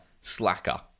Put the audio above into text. slacker